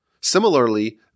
Similarly